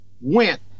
went